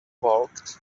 balked